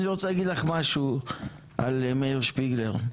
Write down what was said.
אני רוצה להגיד לך משהו על מאיר שפיגלר,